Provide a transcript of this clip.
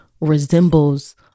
resembles